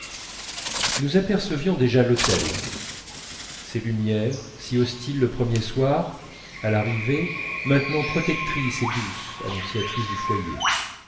nous apercevions déjà l'hôtel ses lumières si hostiles le premier soir à l'arrivée maintenant protectrices et douces annonciatrices du foyer